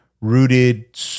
rooted